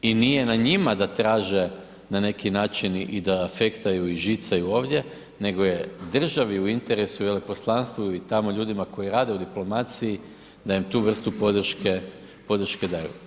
I nije na njima da taže, na neki način i da fektaju i da žicaju ovdje nego je državi u interesu i veleposlanstvu i tamo ljudima koji rade u diplomaciji da im tu vrstu podrške, podrške daju.